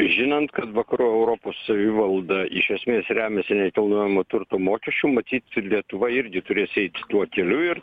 žinant kad vakarų europos savivalda iš esmės remiasi nekilnojamo turto mokesčiu matyt lietuva irgi turės eiti tuo keliu ir